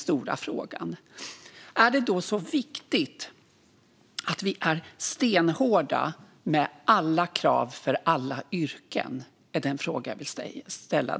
Jag vill fråga dig, Arin Karapet, om det då är så viktigt att vi är stenhårda med alla krav för alla yrken.